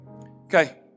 Okay